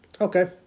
Okay